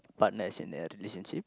partner as in a relationship